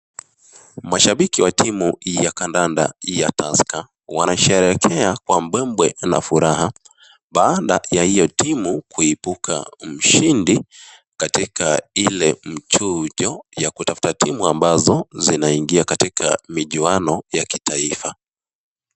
Mashabiki wa timu ya kandanda ya Tusker, wanasherekia kwa mbwembwe na furaha. Baada ya hiyo timu kuhibuka mshindi, katika ile mchujo ya kutafuta timu ambazo zinaingia katika michuano ya kitaifa.